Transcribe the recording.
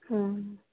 অঁ